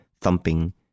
thumping